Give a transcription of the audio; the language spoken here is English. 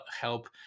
help